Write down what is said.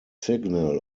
signal